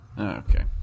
Okay